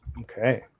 Okay